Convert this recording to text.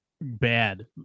bad